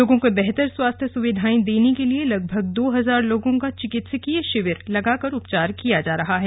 लोगों को बेहतर स्वास्थ्य सुविधाएं देने के लिए लगभग दो हजार लोगों का चिकित्सकीय शिविर लगाकर उपचार किया जा रहा है